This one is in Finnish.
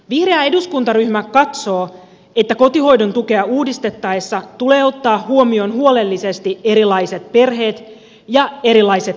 vihreä eduskuntaryhmä katsoo että kotihoidon tukea uudistettaessa tulee ottaa huomioon huolellisesti erilaiset perheet ja erilaiset elämäntilanteet